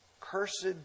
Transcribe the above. Cursed